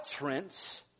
utterance